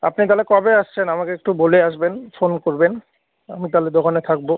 আপনি তাহলে কবে আসছেন আমাকে একটু বলে আসবেন ফোন করবেন আমি তাহলে দোকানে থাকব